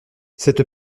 cette